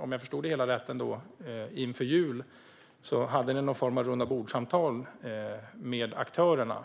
Om jag förstod det hela rätt höll regeringen före jul någon form av rundabordssamtal med aktörerna.